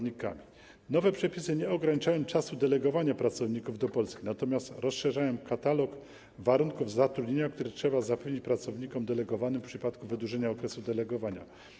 Nowe przepisy nie ograniczają czasu delegowania pracowników do Polski, natomiast rozszerzają katalog warunków zatrudnienia, które trzeba zapewnić pracownikom delegowanym w przypadku wydłużenia okresu delegowania.